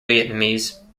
vietnamese